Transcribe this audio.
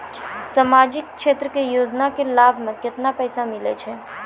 समाजिक क्षेत्र के योजना के लाभ मे केतना पैसा मिलै छै?